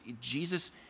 Jesus